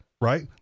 Right